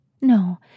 No